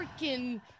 freaking